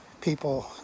people